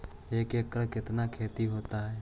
एक एकड़ कितना खेति होता है?